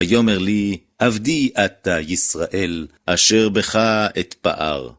ויאמר לי, עבדי אתה, ישראל, אשר בך אתפאר.